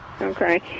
Okay